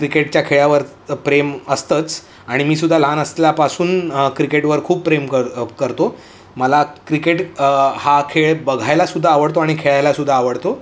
क्रिकेटच्या खेळावर प्रेम असतंच आणि मी सुद्धा लहान असल्यापासून क्रिकेटवर खूप प्रेम कर करतो मला क्रिकेट हा खेळ बघायला सुद्धा आवडतो आणि खेळायला सुद्धा आवडतो